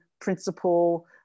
principle